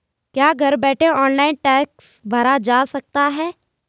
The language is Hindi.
क्या घर बैठे ऑनलाइन टैक्स भरा जा सकता है?